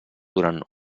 durant